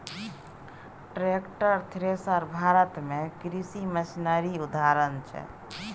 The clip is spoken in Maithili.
टैक्टर, थ्रेसर भारत मे कृषि मशीनरीक उदाहरण छै